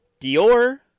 Dior